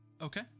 Okay